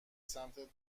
سمت